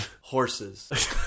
horses